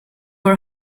were